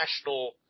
national